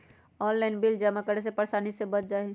Online bill जमा करे से परेशानी से बच जाहई?